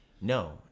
No